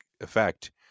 effect